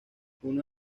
uno